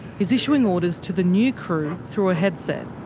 he's issuing orders to the new crew through a headset.